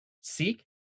seek